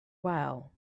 while